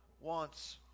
wants